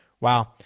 Wow